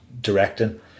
directing